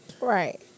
Right